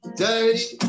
dirty